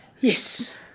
Yes